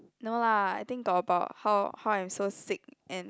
no lah I think got about how how I'm so sick and